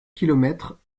kilomètres